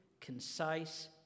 concise